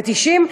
ב-90.